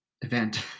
event